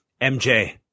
MJ